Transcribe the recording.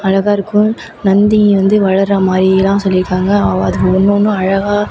அழகாக இருக்கும் நந்தி வந்து வளகிர்ற மாதிரிலாம் சொல்லிருக்காங்க அ அது ஒன்று ஒன்றும் அழகாக